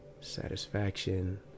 Satisfaction